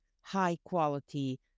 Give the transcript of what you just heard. high-quality